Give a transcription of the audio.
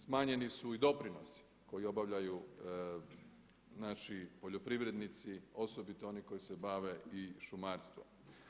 Smanjeni su i doprinosi koji obavljaju, znači poljoprivrednici, osobito oni koji se bave i šumarstvom.